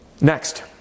Next